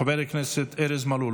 חבר הכנסת ארז מלול,